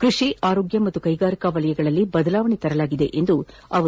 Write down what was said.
ಕೃಷಿ ಆರೋಗ್ಯ ಮತ್ತು ಕೈಗಾರಿಕಾ ವಲಯಗಳಲ್ಲಿ ಬದಲಾವಣೆ ತರಲಾಗಿದೆ ಎಂದರು